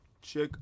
Check